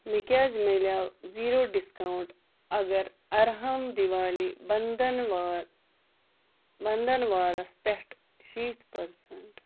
مےٚ کیٛازِ میلیٛٲو زیٖرو ڈسکاونٛٹ اگر ارہام دیٖوالی بَنٛدھنوار بَنٛدھنوارَس پٮ۪ٹھ شیٖتھ پٔرسنٛٹ